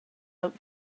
out